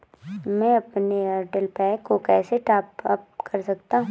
मैं अपने Airtel pack को कैसे टॉप अप कर सकता हूँ?